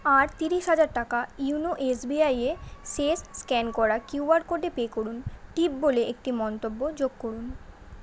আর তিরিশ হাজার টাকা ইয়োনো এসবিআই এ শেষ স্ক্যান করা কিউআর কোডে পে করুন টিপ বলে একটি মন্তব্য যোগ করুন